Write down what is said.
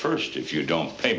first if you don't pay